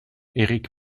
erich